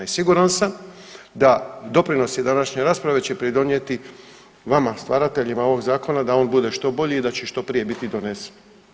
I siguran sam da doprinosi današnje rasprave će pridonijeti vama stvarateljima ovog zakona da on bude što bolji i da će biti što prije donesen.